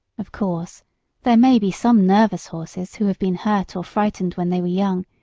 of course there may be some nervous horses who have been hurt or frightened when they were young,